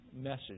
message